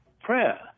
prayer